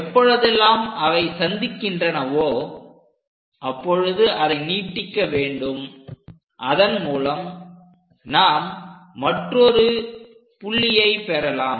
எப்பொழுதெல்லாம் அவை சந்திக்கின்றனவோ அப்பொழுது அதை நீட்டிக்க வேண்டும் அதன் மூலம் நாம் மற்றொரு புள்ளியை பெறலாம்